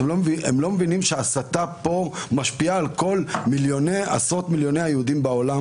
הם לא מבינים שההסתה פה משפיעה על עשרות מיליוני היהודים בעולם.